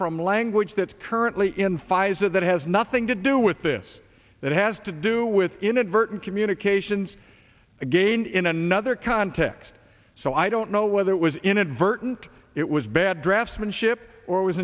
from language that's currently in pfizer that has nothing to do with this it has to do with inadvertent communications again in another context so i don't know whether it was inadvertent it was bad draftsmanship or